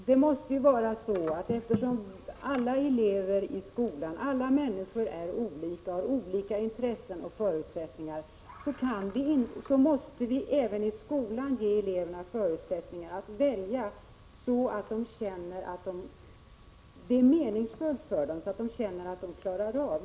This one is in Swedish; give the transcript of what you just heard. Herr talman! Eftersom alla elever i skolan, ja, alla människor, är olika och har olika intressen och förutsättningar, måste vi även i skolan ge eleverna förutsättningar att välja så att de känner att skolan är meningsfull för dem och att de klarar av skolan.